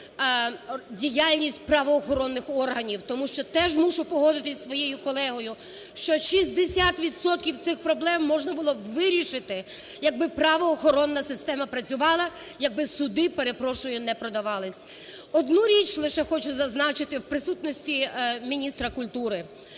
діяльність правоохоронних органів, тому що теж мушу погодитись зі своєю колегою, що 60 відсотків цих проблем можна було б вирішити, якби правоохоронна система працювала, якби суди, перепрошую, не продавались. Одну річ лише хочу зазначити в присутності міністра культури: